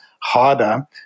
harder